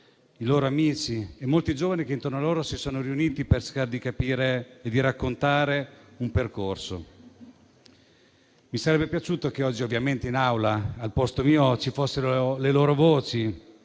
i loro amici e molti che intorno a loro si sono riuniti per cercare di capire e raccontare un percorso. Mi sarebbe piaciuto che oggi in Aula, al posto mio, ci fossero le loro voci